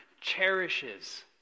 cherishes